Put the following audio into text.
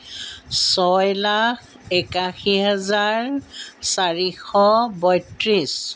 ছয় লাখ একাশী হাজাৰ চাৰিশ বত্ৰিছ